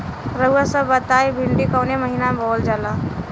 रउआ सभ बताई भिंडी कवने महीना में बोवल जाला?